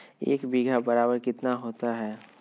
एक बीघा बराबर कितना होता है?